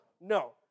No